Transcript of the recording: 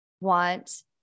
want